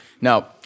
Now